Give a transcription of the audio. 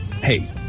hey